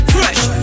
Fresh